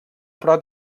prop